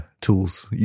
tools